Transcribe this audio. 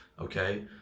okay